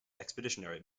expeditionary